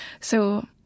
So-